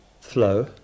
flow